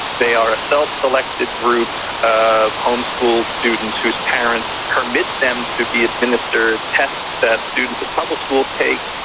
they are a self-selected group of homeschooled students whose parents permit them to be administered tests that students at public schools take.